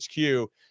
HQ